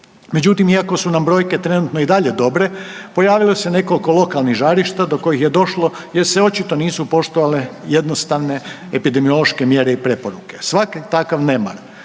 Međutim, iako su nam brojke trenutno i dalje dobre, pojavilo se nekoliko lokalnih žarišta do kojih je došlo jer se očito nisu poštovale jednostavne epidemiološke mjere i preporuke. Svaki takav nemar